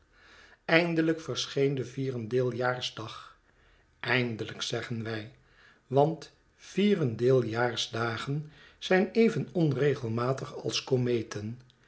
eindelijk verscheen de vierendeeljaarsdag eindelijk zeggen w y want vierendeeljaarsdagen zijn even onregelmatig als kometen